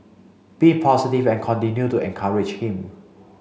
be positive and continue to encourage him